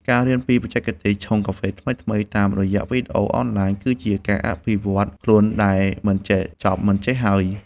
ការរៀនបច្ចេកទេសឆុងកាហ្វេថ្មីៗតាមរយៈវីដេអូអនឡាញ គឺជាការអភិវឌ្ឍខ្លួនដែលមិនចេះចប់មិនចេះហើយ។